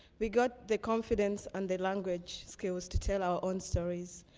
we got the confidence and the language skills to tell our own stories,